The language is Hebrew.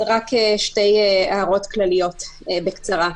אז רק שתי הערות כלליות בקצרה,